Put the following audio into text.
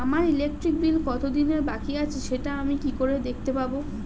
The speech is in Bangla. আমার ইলেকট্রিক বিল কত দিনের বাকি আছে সেটা আমি কি করে দেখতে পাবো?